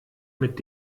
mit